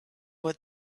what